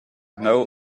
know